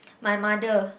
my mother